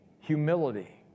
humility